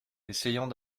essayons